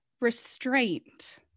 Restraint